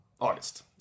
August